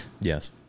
Yes